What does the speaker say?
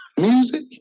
music